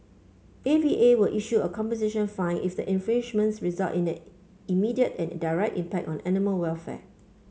A V A will issue a composition fine if the infringements result in an immediate and direct impact on animal welfare